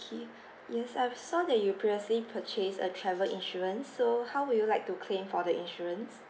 ~ay yes I've saw that you previously purchased a travel insurance so how would you like to claim for the insurance